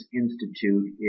institute